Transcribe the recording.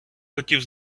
хотів